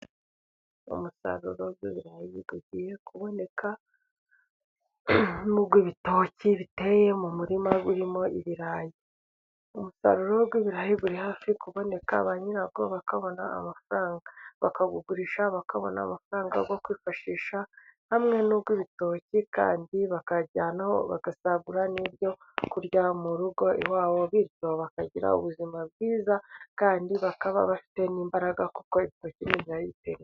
Umusaruro w' ibirayi ugiye kuboneka, n'uw' ibitoki biteye mu murima urimo ibirayi. Umusaruro w'ibirayi uri hafi kuboneka ba nyirawo bakabona amafaranga bakawugurisha bakabona amafaranga yo kwifashisha, hamwe n'uw' ibitoki kandi bakajyanaho bagasagura n'ibyo kurya mu rugo iwabo bityo bakagira ubuzima bwiza, kandi bakaba bafite n'imbaraga kuko ibitoki n'ibirayi bitera imbaraga.